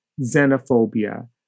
xenophobia